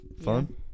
Fun